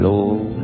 Lord